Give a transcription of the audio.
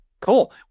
Cool